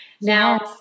now